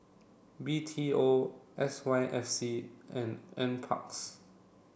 B T O S Y F C and NPARKS